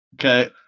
okay